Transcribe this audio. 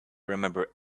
remember